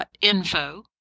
info